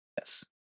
Yes